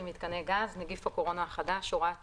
מיתקני גז (נגיף הקורונה החדש) (הוראת שעה),